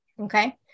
Okay